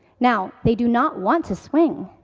now, they do not want to swing,